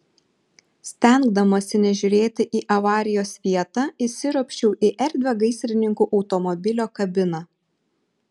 stengdamasi nežiūrėti į avarijos vietą įsiropščiau į erdvią gaisrininkų automobilio kabiną